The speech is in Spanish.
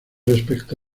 respecto